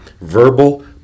Verbal